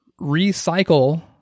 recycle